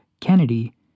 Kennedy